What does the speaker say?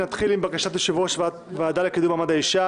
נתחיל עם בקשת יושב-ראש הוועדה לקידום מעמד האישה